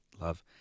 love